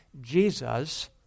Jesus